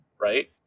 right